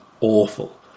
awful